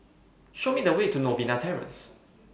Show Me The Way to Novena Terrace